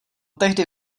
tehdy